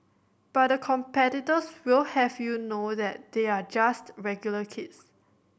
but the competitors will have you know that they are just regular kids